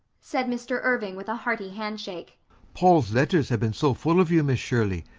said mr. irving with a hearty handshake paul's letters have been so full of you, miss shirley,